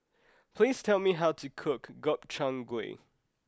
please tell me how to cook Gobchang Gui